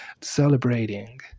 celebrating